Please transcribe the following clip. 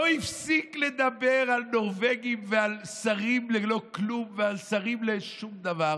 לא הפסיק לדבר על נורבגים ועל שרים ללא כלום ועל שרים לשום דבר,